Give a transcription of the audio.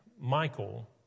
Michael